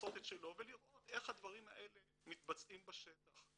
לעשות את שלו ולראות איך הדברים האלה מתבצעים בשטח.